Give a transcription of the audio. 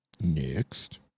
next